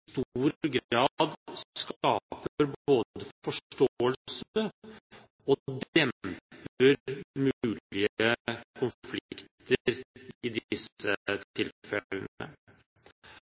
både skaper forståelse og demper mulige konflikter i disse tilfellene.